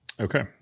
Okay